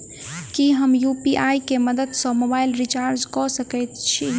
की हम यु.पी.आई केँ मदद सँ मोबाइल रीचार्ज कऽ सकैत छी?